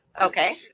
Okay